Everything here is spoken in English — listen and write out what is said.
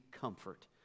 comfort